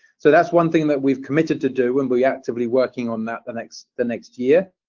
so that's' one thing that we've committed to do and we're yeah actively working on that the next the next year.